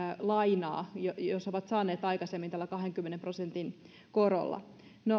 lainaa jos ovat saaneet aikaisemmin tällä kahdenkymmenen prosentin korolla